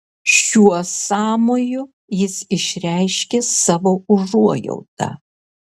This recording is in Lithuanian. šiuo sąmoju jis išreiškė savo užuojautą